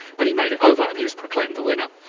but he made it over and he was proclaimed the winner.